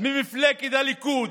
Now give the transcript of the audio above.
ממפלגת הליכוד,